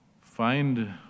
find